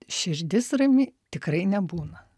širdis rami tikrai nebūna